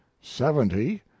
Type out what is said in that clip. Seventy